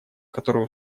которое